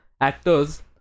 actors